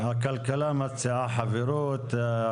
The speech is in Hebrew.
הכלכלה מציעה חברות,